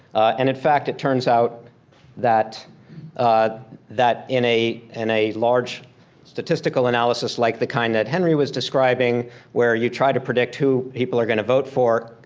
and in fact, it turns out that that in a in a large statistical analysis like the kind that henry was describing where you try to predict who people are gonna vote for,